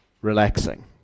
relaxing